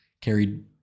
carried